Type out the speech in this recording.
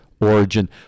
origin